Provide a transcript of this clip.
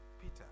Peter